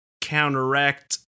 counteract